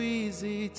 easy